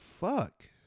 fuck